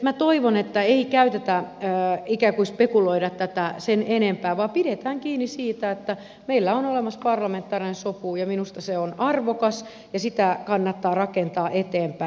minä toivon että ei ikään kuin spekuloida tätä sen enempää vaan pidetään kiinni siitä että meillä on olemassa parlamentaarinen sopu ja minusta se on arvokas ja sitä kannattaa rakentaa eteenpäin